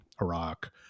Iraq